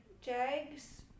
Jags